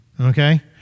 Okay